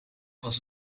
was